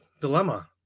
dilemma